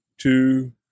two